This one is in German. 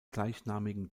gleichnamigen